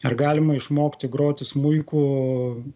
ar galima išmokti groti smuiku